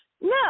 no